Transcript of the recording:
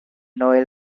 noel